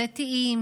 דתיים,